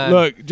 Look